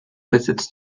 besitzt